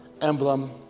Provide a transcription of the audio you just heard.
emblem